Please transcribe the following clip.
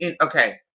okay